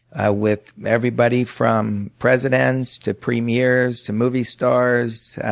ah with everybody from presidents to premiers to movie stars